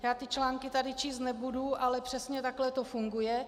Ty články tady číst nebudu, ale přesně takhle to funguje.